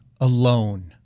alone